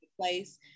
place